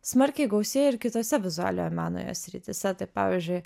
smarkiai gausėja ir kitose vizualiojo meno jo srityse tai pavyzdžiui